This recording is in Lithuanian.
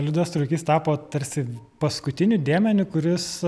liudas truikys tapo tarsi paskutiniu dėmeniu kuris